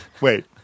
Wait